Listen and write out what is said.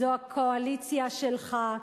זו הקואליציה שלך,